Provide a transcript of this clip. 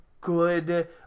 good